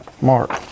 Mark